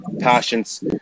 passions